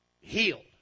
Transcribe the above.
healed